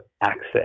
access